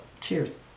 cheers